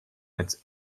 its